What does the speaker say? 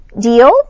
deal